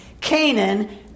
Canaan